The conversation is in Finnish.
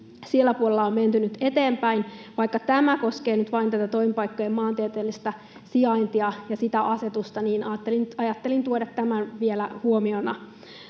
sillä puolella on menty nyt eteenpäin. Vaikka tämä koskee nyt vain tätä toimipaikkojen maantieteellistä sijaintia ja sitä asetusta, niin ajattelin tuoda tämän vielä huomiona.